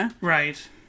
Right